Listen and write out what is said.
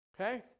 Okay